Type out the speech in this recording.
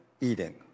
eating